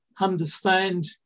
understand